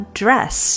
dress